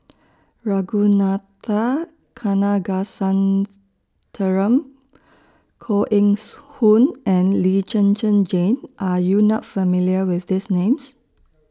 Ragunathar Kanagasuntheram Koh Eng Hoon and Lee Zhen Zhen Jane Are YOU not familiar with These Names